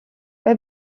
bei